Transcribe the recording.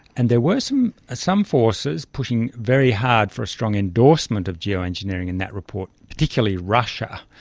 and there were some ah some forces pushing very hard for a strong endorsement of geo-engineering in that report, particularly russia.